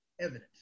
evidence